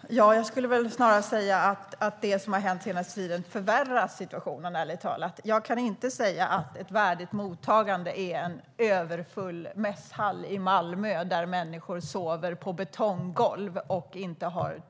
Herr talman! Jag skulle snarast säga att det som har hänt den senaste tiden förvärrar situationen - ärligt talat. Jag kan inte säga att ett värdigt mottagande är en överfull mässhall i Malmö, där människor sover på betonggolv och inte har